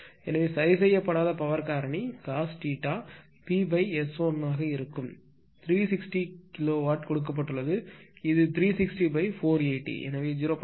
எனவே சரி செய்யப்படாத பவர் காரணி cos θ P s1 ஆக இருக்கும் 360 kW கொடுக்கப்பட்டுள்ளது இது 360480 எனவே 0